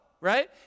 right